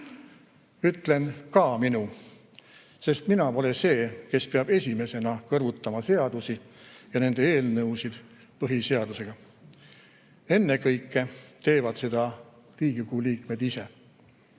Ütlen "ka minu", sest mina pole see, kes peab esimesena kõrvutama seadusi ja nende eelnõusid põhiseadusega. Ennekõike teevad seda Riigikogu liikmed ise.